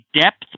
depth